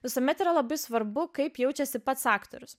visuomet yra labai svarbu kaip jaučiasi pats aktorius